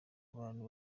abantu